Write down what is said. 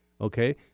okay